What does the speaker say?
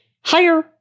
Hire